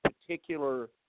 particular